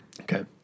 Okay